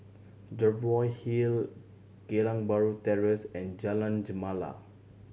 Jervoi Hill Geylang Bahru Terrace and Jalan Gemala